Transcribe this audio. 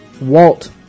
Walt